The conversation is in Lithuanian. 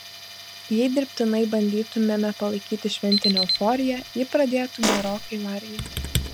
jei dirbtinai bandytumėme palaikyti šventinę euforiją ji pradėtų gerokai varginti